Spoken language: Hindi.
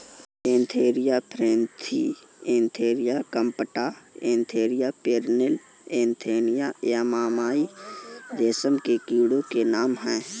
Antheraea frithi Antheraea compta Antheraea pernyi Antheraea yamamai रेशम के कीटो के नाम हैं